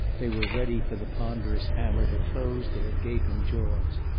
they were ready for the ponderous hammer to close their gaping jaws.